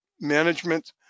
management